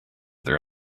their